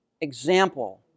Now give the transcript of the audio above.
example